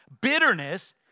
Bitterness